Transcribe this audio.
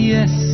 Yes